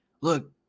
look